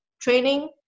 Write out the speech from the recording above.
training